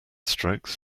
strokes